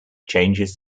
changes